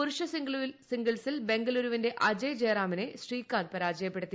പുരുഷസിംഗിൾസിൽ ബംഗളൂരുവിന്റെ അജയ് ജയറാമിനെ ശ്രീകാന്ത് പരാജയപ്പെടുത്തി